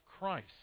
Christ